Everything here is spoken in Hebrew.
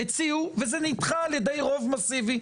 הציעו וזה נדחה על-ידי רוב מאסיבי,